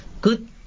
good